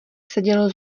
seděl